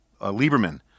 Lieberman